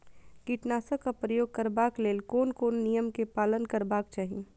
कीटनाशक क प्रयोग करबाक लेल कोन कोन नियम के पालन करबाक चाही?